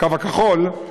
הקו הכחול,